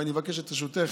ואני מבקש את רשותך,